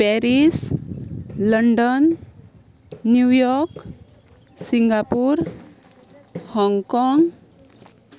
Paris London New York Singapore Hong Kong